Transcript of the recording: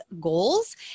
goals